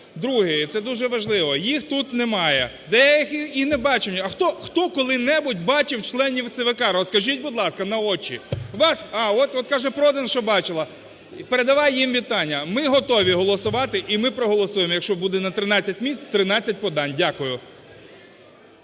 Друге. Це дуже важливо. Їх тут немає, деяких і не бачили. Хто коли-небудь бачив членів ЦВК, розкажіть, будь ласка, на очі? От каже Продан, що бачила. Передавай їм вітання. Ми готові голосувати, і ми проголосуємо, якщо буде на 13 місць 13 подань. Дякую.